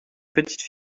petite